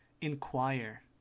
Inquire